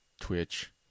Twitch